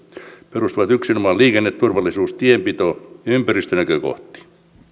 perustuvat yksinomaan liikenneturvallisuus tienpito ja ympäristönäkökohtiin